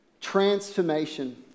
Transformation